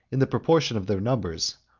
in the proportion of their numbers,